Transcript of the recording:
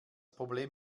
problem